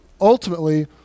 ultimately